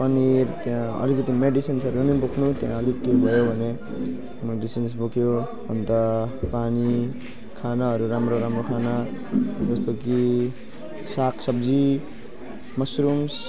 पनिर त्यहाँ अलिकति मेडिसिन्सहरू पनि बोक्नु त्यहाँ अलिक केही भयो भने मेडिसिन्स बोक्यो त्यहाँ अलिक केही भयो भने मेडिसिन्स बोक्यो अन्त पानी खानाहरू राम्रो राम्रो खाना जस्तो कि साग सब्जी मसरुम्स